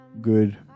good